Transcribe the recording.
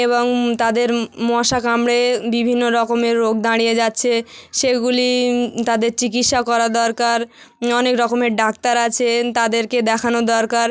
এবং তাদের মশা কামড়ে বিভিন্ন রকমের রোগ দাঁড়িয়ে যাচ্ছে সেগুলি তাদের চিকিৎসা করা দরকার অনেক রকমের ডাক্তার আছেন তাদেরকে দেখানো দরকার